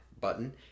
button